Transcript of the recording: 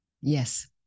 Yes